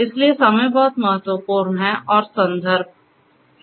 इसलिए समय बहुत महत्वपूर्ण है और संदर्भ है